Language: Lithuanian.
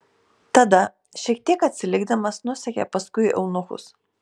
tada šiek tiek atsilikdamas nusekė paskui eunuchus